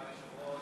תודה ליושב-ראש.